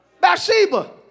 Bathsheba